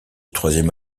troisième